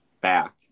back